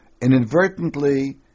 inadvertently